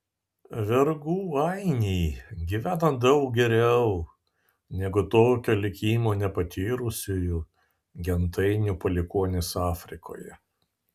vergų ainiai gyvena daug geriau negu tokio likimo nepatyrusiųjų gentainių palikuonys afrikoje